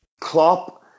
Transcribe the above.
Klopp